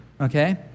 Okay